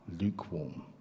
lukewarm